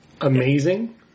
Amazing